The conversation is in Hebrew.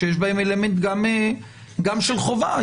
שיש בה אלמנט גם של חובה,